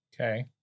okay